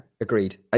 agreed